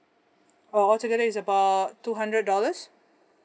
oh all together is about two hundred dollars